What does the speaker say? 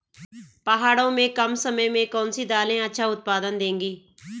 पहाड़ों में कम समय में कौन सी दालें अच्छा उत्पादन देंगी?